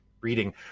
reading